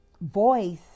voice